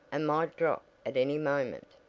and might drop at any moment.